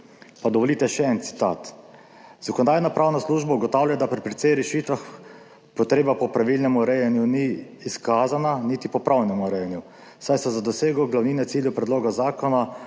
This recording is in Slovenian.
Pa dovolite še en citat: